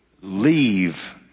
leave